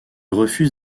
refuse